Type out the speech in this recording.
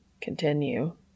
continue